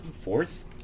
fourth